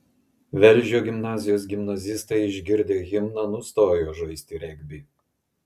velžio gimnazijos gimnazistai išgirdę himną nustojo žaisti regbį